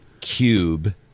cube